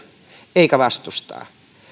eikä vastustaa